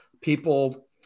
people